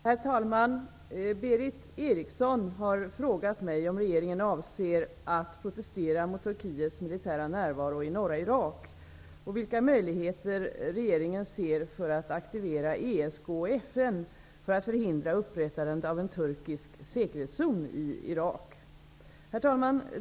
Herr talman! Berith Eriksson har frågat mig om regeringen avser att protestera mot Turkiets militära närvaro i norra Irak och vilka möjligheter regeringen ser för att aktivera ESK och FN för att förhindra upprättandet av en turkisk säkerhetszon i Irak. Herr talman!